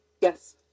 Yes